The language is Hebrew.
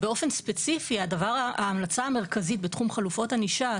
באופן ספציפי ההמלצה המרכזית בתחום חלופות ענישה,